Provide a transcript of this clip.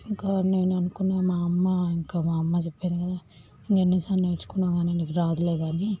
ఇంకా నేను అనుకున్నా మా అమ్మ ఇంకా మా అమ్మ చెప్పాను కదా ఇంక ఎన్నిసార్లు నేర్చుకున్నా గానీ నీకు రాదులే గానీ